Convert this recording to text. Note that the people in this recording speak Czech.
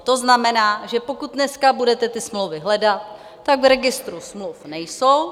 To znamená, že pokud dneska budete ty smlouvy hledat, tak v registru smluv nejsou.